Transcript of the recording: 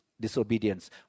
disobedience